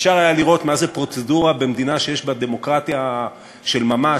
אפשר היה לראות מה זה פרוצדורה במדינה שיש בה דמוקרטיה של ממש,